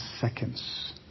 seconds